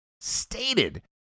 stated